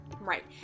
Right